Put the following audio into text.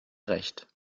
recht